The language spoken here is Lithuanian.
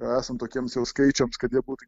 esant tokiems jau skaičiams kad jie būtų